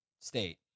state